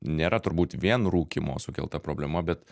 nėra turbūt vien rūkymo sukelta problema bet